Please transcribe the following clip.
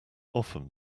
often